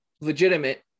legitimate